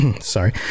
sorry